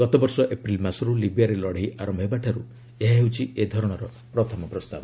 ଗତ ବର୍ଷ ଏପ୍ରିଲ୍ ମାସରୁ ଲିବିଆରେ ଲଢ଼େଇ ଆରମ୍ଭ ହେବାଠାରୁ ଏହା ହେଉଛି ଏ ଧରଣର ପ୍ରଥମ ପ୍ରସ୍ତାବ